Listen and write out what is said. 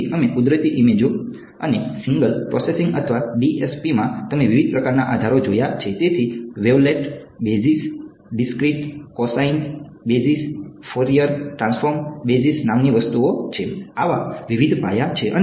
તેથી અમે કુદરતી ઈમેજઓ અને સિગ્નલ પ્રોસેસિંગ અથવા ડીએસપીમાં તમે વિવિધ પ્રકારના આધારો જોયા છે તેથી wavelet basis discrete cosine basis Fourier transform basis નામની વસ્તુઓ છે આવા વિવિધ પાયા છે